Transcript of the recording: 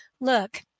look